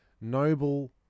noble